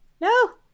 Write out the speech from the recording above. no